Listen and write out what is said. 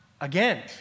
again